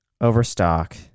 overstock